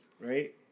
right